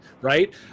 right